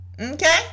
okay